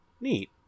Neat